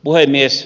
puhemies